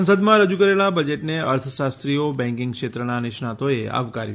સંસદમાં રજૂ કરેલા બજેટને અર્થશાસ્ત્રીઓ બેન્કિંગ ક્ષેત્રના નિષ્ણાંતોએ આવકાર્યું